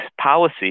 policy